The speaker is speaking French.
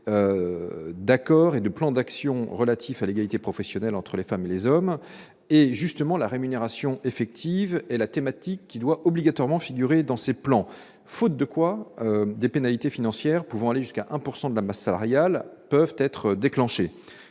d'accords et de plans d'action relatifs à l'égalité professionnelle entre les femmes et les hommes. La rémunération effective est la thématique qui doit obligatoirement figurer dans ces plans. À défaut, des pénalités financières susceptibles d'aller jusqu'à 1 % de la masse salariale peuvent être déclenchées.